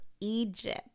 Egypt